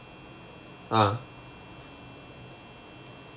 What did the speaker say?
ah